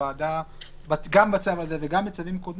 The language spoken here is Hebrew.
הזה, כלומר להחיל את ההקלה גם במקרים נוספים.